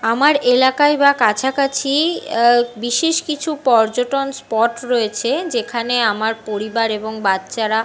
আমার এলাকায় বা কাছাকাছি বিশেষ কিছু পর্যটন স্পট রয়েছে যেখানে আমার পরিবার এবং বাচ্চারা